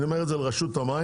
ואני אומר את זה לרשות המים,